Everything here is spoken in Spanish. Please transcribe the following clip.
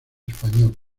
español